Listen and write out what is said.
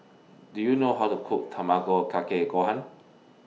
Do YOU know How to Cook Tamago Kake Gohan